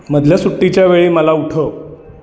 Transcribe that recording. मधल्या सुट्टीच्या वेळी मला उठव